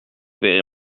verrez